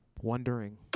wondering